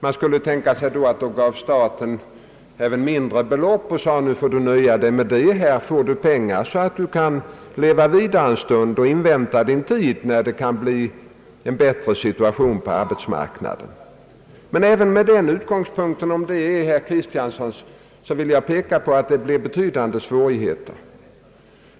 Man skulle kunna tänka sig, att staten gav ett mindre belopp och sade till jordbrukaren att han fick nöja sig med det: »Här får du pengar så du nödtorftigt kan leva vidare och invänta den tid när det blir en bättre situation på arbetsmarknaden.» Även med den utgångspunkten, om den är herr Kristianssons, vill jag peka på att det blir betydande svårigheter.